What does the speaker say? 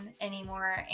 anymore